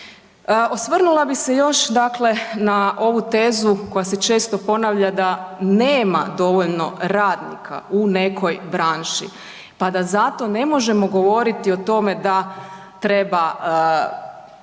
Osvrnula bih se još dakle na ovu tezu koja se često ponavlja da nema dovoljno radnika u nekoj branši pa da zato ne možemo govoriti o tome da treba